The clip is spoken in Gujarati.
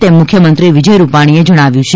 તેમ મુખ્યમંત્રી શ્રી વિજય રૂપાણીએ જણાવ્યું છે